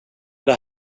det